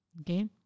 Okay